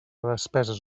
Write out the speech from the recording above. despeses